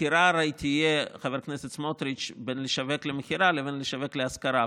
הבחירה תהיה בין לשווק למכירה לבין לשווק להשכרה,